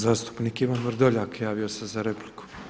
Zastupnik Ivan Vrdoljak javio se za repliku.